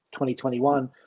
2021